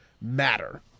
matter